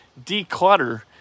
declutter